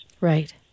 Right